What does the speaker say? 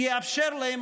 והוא יאפשר להם,